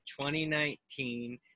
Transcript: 2019